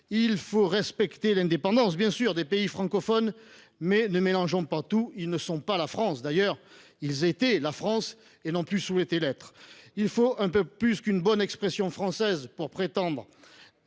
respecter l’indépendance des pays francophones, mais ne mélangeons pas tout ! Ils ne sont pas la France. Plus précisément, ils étaient la France et n’ont plus souhaité l’être. Il faut un peu plus qu’une bonne expression française pour prétendre